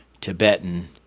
Tibetan